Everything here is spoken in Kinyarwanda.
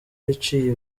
yaciye